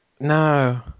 No